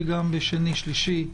שני ושלישי.